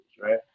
Right